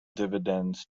dividends